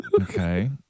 Okay